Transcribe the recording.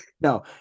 no